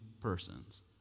persons